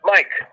Mike